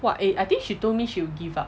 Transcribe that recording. !wah! eh I think she told me she would give up